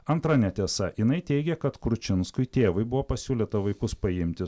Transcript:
antra netiesa jinai teigia kad kručinskui tėvui buvo pasiūlyta vaikus paimti